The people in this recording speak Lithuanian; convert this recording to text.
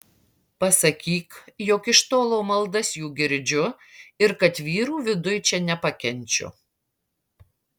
pasakyk jog iš tolo maldas jų girdžiu ir kad vyrų viduj čia nepakenčiu